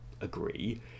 agree